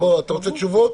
אתה רוצה תשובות?